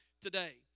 today